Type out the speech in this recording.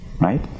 Right